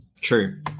true